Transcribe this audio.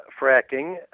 fracking